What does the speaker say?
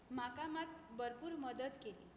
म्हाका मात भरपूर मदत केली